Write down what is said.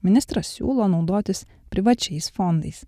ministras siūlo naudotis privačiais fondais